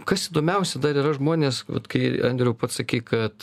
kas įdomiausia dar yra žmonės kai andriau pats sakei kad